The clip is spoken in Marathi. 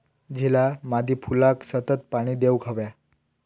झिला मादी फुलाक सतत पाणी देवक हव्या